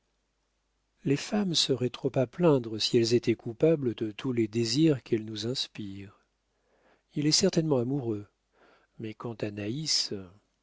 les femmes seraient trop à plaindre si elles étaient coupables de tous les désirs qu'elles nous inspirent il est certainement amoureux mais quant à naïs